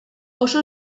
oso